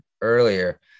earlier